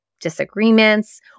disagreements